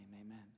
amen